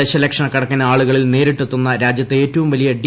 ദശലക്ഷക്കണക്കിന് ആളുകളിൽ നേരിട്ടെത്തുന്ന രാജ്യത്തെ ഏറ്റവും വലിയ ഡി